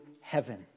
heaven